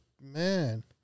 man